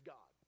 God